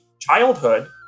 childhood